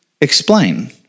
explain